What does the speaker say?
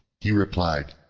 he replied,